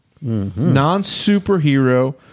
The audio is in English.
non-superhero